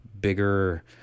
bigger